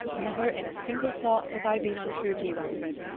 never in a single thought have i been untrue to you, alfred!